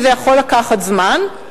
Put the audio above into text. וזה יכול לקחת זמן,